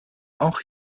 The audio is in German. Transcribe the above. auch